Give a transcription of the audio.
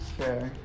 Okay